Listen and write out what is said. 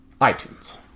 itunes